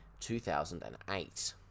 2008